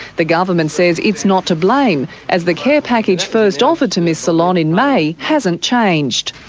the government says it's not to blame, as the care package first offered to ms solon in may hasn't changed.